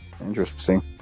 interesting